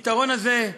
הפתרון הזה,